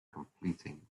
completing